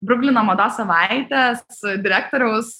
bruklino mados savaitę su direktoriaus